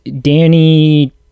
Danny